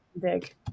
big